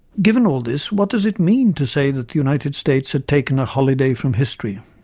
given all this, what does it mean to say that the united states had taken a holiday from history?